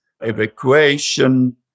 evacuation